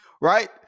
right